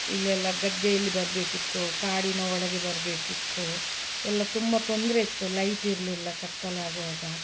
ಇಲ್ಲೆಲ್ಲ ಗದ್ದೆಯಲ್ಲಿ ಬರಬೇಕಿತ್ತು ಕಾಡಿನ ಒಳಗೆ ಬರಬೇಕಿತ್ತು ಎಲ್ಲ ತುಂಬ ತೊಂದರೆ ಇತ್ತು ಲೈಟ್ ಇರಲಿಲ್ಲ ಕತ್ತಲಾಗುವಾಗ